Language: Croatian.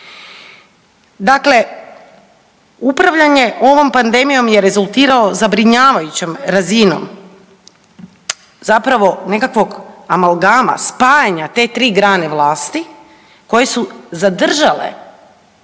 Dakle, upravljanje ovom pandemijom je rezultiralo zabrinjavajućom razinom zapravo nekakvog amalgama spajanja te tri grane vlasti koje su zadržale